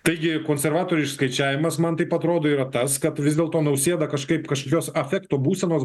taigi konservatorių išskaičiavimas man taip atrodo yra tas kad vis dėlto nausėda kažkaip kažkokios afekto būsenos